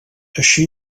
així